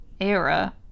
era